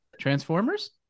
Transformers